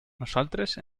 nosaltres